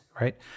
right